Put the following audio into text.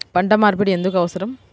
పంట మార్పిడి ఎందుకు అవసరం?